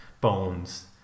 bones